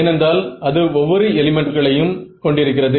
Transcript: ஏனென்றால் அது ஒவ்வொரு எலிமென்ட்களையும் கொண்டிருக்கிறது